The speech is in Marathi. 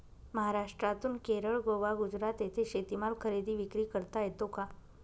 महाराष्ट्रातून केरळ, गोवा, गुजरात येथे शेतीमाल खरेदी विक्री करता येतो का?